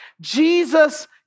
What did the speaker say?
Jesus